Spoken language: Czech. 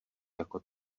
jako